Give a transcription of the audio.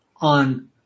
on